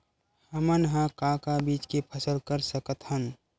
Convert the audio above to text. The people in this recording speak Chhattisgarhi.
हमन ह का का बीज के फसल कर सकत हन?